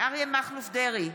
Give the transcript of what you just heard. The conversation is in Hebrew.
אריה מכלוף דרעי,